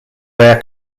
their